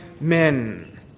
men